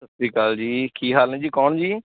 ਸਤਿ ਸ਼੍ਰੀ ਅਕਾਲ ਜੀ ਕੀ ਹਾਲ ਨੇ ਜੀ ਕੌਣ ਜੀ